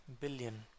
billion